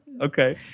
Okay